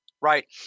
Right